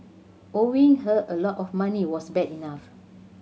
owing her a lot of money was bad enough